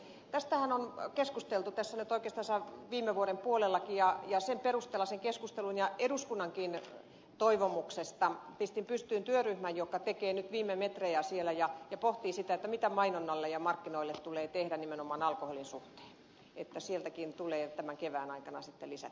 tästähän on keskusteltu oikeastaan viime vuoden puolellakin ja sen keskustelun perusteella ja eduskunnankin toivomuksesta pistin pystyyn työryhmän joka tekee työnsä viime metrejä ja pohtii sitä mitä mainonnalle ja markkinoille tulee tehdä nimenomaan alkoholin suhteen niin että sieltäkin tulee tämän kevään aikana sitten lisätietoa